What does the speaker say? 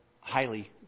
highly